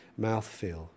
mouthfeel